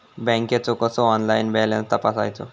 बँकेचो कसो online balance तपासायचो?